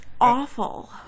Awful